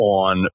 on